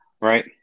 Right